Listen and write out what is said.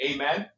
Amen